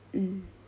mm